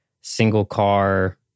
single-car